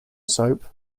soap